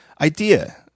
Idea